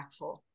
impactful